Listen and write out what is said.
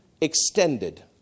extended